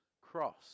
cross